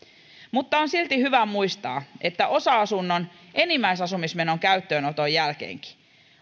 mutta on silti hyvä muistaa että osa asunnon enimmäisasumismenon käyttöönoton jälkeenkin